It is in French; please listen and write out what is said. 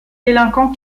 délinquants